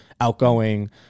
outgoing